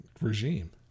regime